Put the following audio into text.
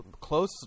close